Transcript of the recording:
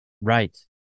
Right